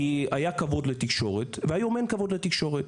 כי היה כבוד לתקשורת והיום אין כבוד לתקשורת.